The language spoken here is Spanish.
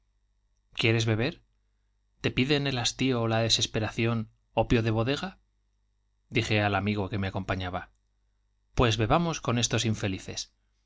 quieres beber te piden el hastío ó la de bodega dije al amigo desesperación opio que pues bebamos estos infelices